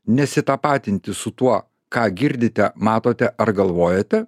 nesitapatinti su tuo ką girdite matote ar galvojate